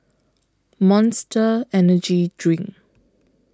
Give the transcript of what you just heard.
Monster Energy Drink